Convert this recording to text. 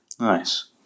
Nice